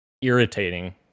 irritating